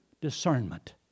discernment